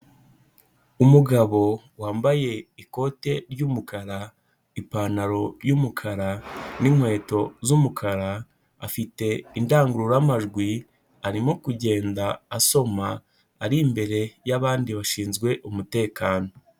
Umugabo wambaye ikote ry'umukara, ipantaro y'umukara n'inkweto z'umukara, afite indangururamajwi arimo kugenda asoma, ari imbere y'abandi bashinzwe umutekano.